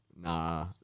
Nah